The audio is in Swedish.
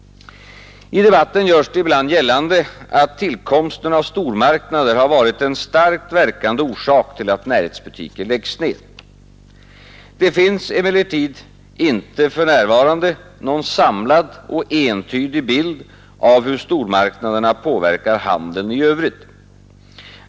I debatten görs det ibland gällande, att tillkomsten av stormarknader har varit en starkt medverkande orsak till att närhetsbutiker läggs ned. Det finns emellertid inte för närvarande någon samlad och entydig bild av hur stormarknaderna påverkar handeln i övrigt.